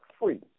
free